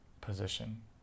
position